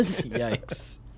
Yikes